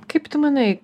kaip tu manai